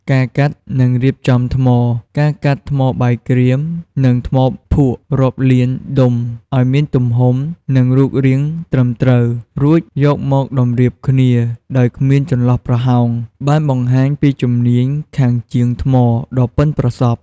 ការកាត់ និងរៀបចំថ្ម ការកាត់ថ្មបាយក្រៀម និងថ្មភក់រាប់លានដុំឱ្យមានទំហំ និងរូបរាងត្រឹមត្រូវ រួចយកមកតម្រៀបគ្នាដោយគ្មានចន្លោះប្រហោង បានបង្ហាញពីជំនាញខាងជាងថ្មដ៏ប៉ិនប្រសប់។